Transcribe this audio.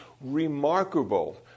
remarkable